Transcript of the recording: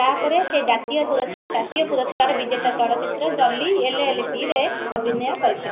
ତା'ପରେ ସେ ଜାତୀୟ ପୁର ଜାତୀୟ ପୁରଷ୍କାର ବିଜେତା ଚଳଚ୍ଚିତ୍ର ଜଲି ଏଲଏଲବିରେ ଅଭିନୟ କରିଥିଲେ